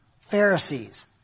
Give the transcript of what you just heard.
Pharisees